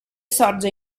sorge